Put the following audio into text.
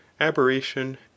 aberration